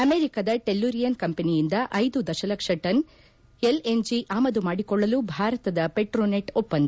ಅಮೆರಿಕದ ಟೆಲ್ಲುರಿಯನ್ ಕಂಪನಿಯಿಂದ ಐದು ದಶಲಕ್ಷ ಟನ್ ಎಲ್ಎನ್ಜಿ ಆಮದು ಮಾಡಿಕೊಳ್ಳಲು ಭಾರತದ ಪೆಟ್ರೋನೆಟ್ ಒಪ್ಪಂದ